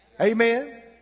Amen